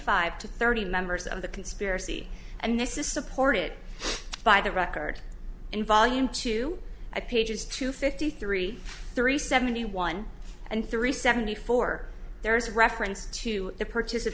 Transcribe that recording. five to thirty members of the conspiracy and this is supported by the record in volume two i pages two fifty three three seventy one and three seventy four there is reference to